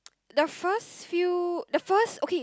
the first few the first okay